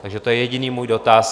Takže to je jediný můj dotaz.